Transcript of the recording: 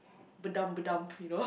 badum badum you know